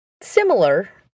similar